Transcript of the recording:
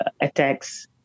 attacks